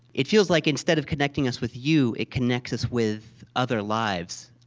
it feels like instead of connecting us with you, it connects us with other lives.